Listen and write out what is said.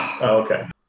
Okay